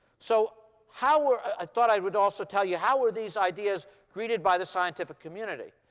so how were i thought i would also tell you, how were these ideas greeted by the scientific community?